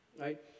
right